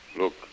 Look